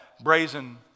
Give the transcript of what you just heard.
brazen